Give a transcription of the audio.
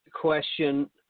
question